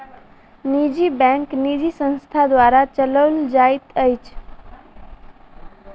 निजी बैंक निजी संस्था द्वारा चलौल जाइत अछि